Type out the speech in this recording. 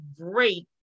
great